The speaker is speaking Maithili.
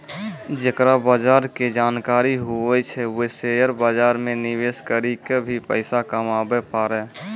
जेकरा बजार के जानकारी हुवै छै वें शेयर बाजार मे निवेश करी क भी पैसा कमाबै पारै